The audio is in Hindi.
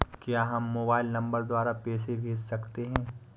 क्या हम मोबाइल नंबर द्वारा पैसे भेज सकते हैं?